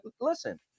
listen